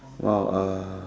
!wow! uh